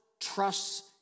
trusts